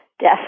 death